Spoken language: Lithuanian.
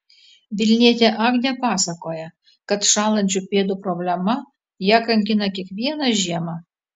vilnietė agnė pasakoja kad šąlančių pėdų problema ją kankina kiekvieną žiemą